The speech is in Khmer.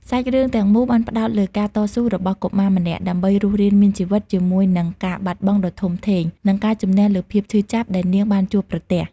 សាច់រឿងទាំងមូលបានផ្តោតលើការតស៊ូរបស់កុមារម្នាក់ដើម្បីរស់រានមានជីវិត ជាមួយនឹងការបាត់បង់ដ៏ធំធេង និងការជម្នះលើភាពឈឺចាប់ដែលនាងបានជួបប្រទះ។